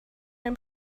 dem